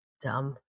Dumb